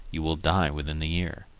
you will die within the year.